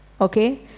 okay